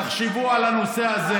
תחשבו על הנושא הזה.